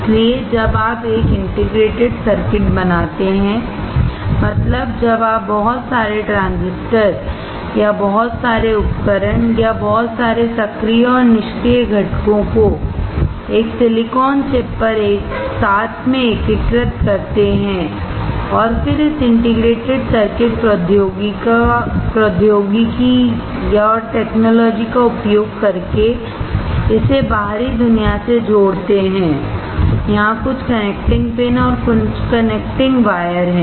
इसलिए जब आप एक इंटीग्रेटेड सर्किट बनाते हैं मतलब जब आप बहुत सारे ट्रांजिस्टर या बहुत सारे उपकरण या बहुत सारे सक्रिय और निष्क्रिय घटकों को एक सिलिकॉन चिप पर साथ एकीकृत करते हैं और फिर इस इंटीग्रेटेड सर्किट प्रौद्योगिकी का उपयोग करके इसे बाहरी दुनिया से जोड़ते है यहां कुछ कनेक्टिंग पिन और कुछ कनेक्टिंग वायर हैं